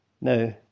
No